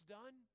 done